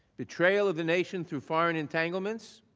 betrayal of the nation through foreign entanglement,